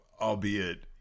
albeit